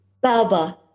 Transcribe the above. Baba